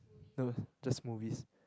no just smoothie